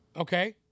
Okay